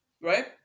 Right